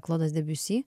klodas debiusi